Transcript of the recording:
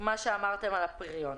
מה שאמרתם על הפריון.